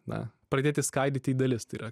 na pradėti skaidyti į dalis tai yra